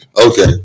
Okay